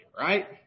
right